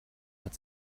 hat